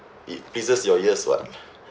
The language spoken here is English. it pleases your ears [what]